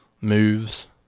moves